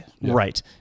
right